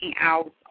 out